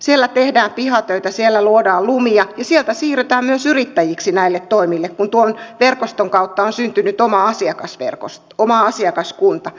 siellä tehdään pihatöitä siellä luodaan lumia ja sieltä siirrytään myös yrittäjiksi näille toimialoille kun tuon verkoston kautta on syntynyt oma asiakaskunta